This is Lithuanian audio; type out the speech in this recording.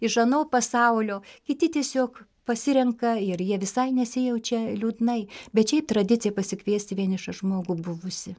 iš ano pasaulio kiti tiesiog pasirenka ir jie visai nesijaučia liūdnai bet šiaip tradicija pasikviesti vienišą žmogų buvusi